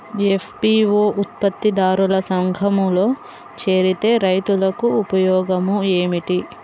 FPO ఉత్పత్తి దారుల సంఘములో చేరితే రైతులకు ఉపయోగము ఏమిటి?